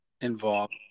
involved